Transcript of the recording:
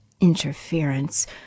interference